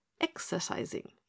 exercising